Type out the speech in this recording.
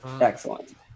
Excellent